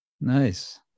Nice